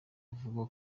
avuga